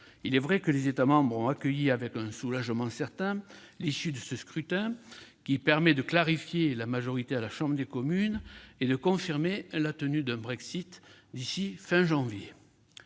Il est vrai que les États membres ont accueilli avec un soulagement certain l'issue de ce scrutin, qui permet de clarifier la majorité à la Chambre des communes et de confirmer la tenue d'un Brexit d'ici à la fin